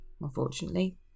unfortunately